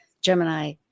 Gemini